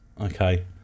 Okay